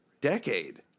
decade